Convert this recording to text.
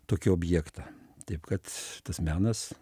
tokį objektą taip kad tas menas